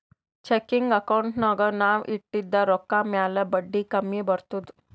checking ಅಕೌಂಟ್ನಾಗ್ ನಾವ್ ಇಟ್ಟಿದ ರೊಕ್ಕಾ ಮ್ಯಾಲ ಬಡ್ಡಿ ಕಮ್ಮಿ ಬರ್ತುದ್